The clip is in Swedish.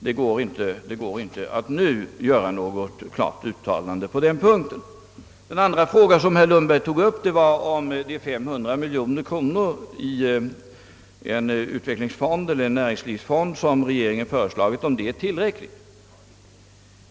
Det är inte möjligt att nu göra något klart uttalande på den punkten. Herr Lundberg frågade vidare, om 500 miljoner kronor räcker för den näringslivsfond som regeringen föreslagit.